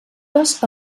les